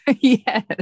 Yes